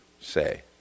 say